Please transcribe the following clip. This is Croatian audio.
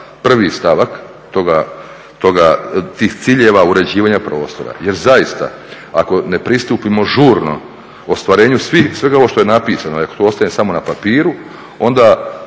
prvi stavak toga, tih ciljeva uređivanja prostora. Jer zaista, ako ne pristupimo žurno ostvarenju svih, svega ovo što je napisano i ako to ostane samo na papiru onda